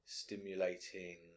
stimulating